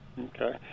Okay